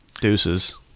Deuces